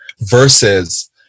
Versus